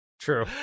true